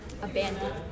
abandoned